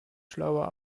schlauer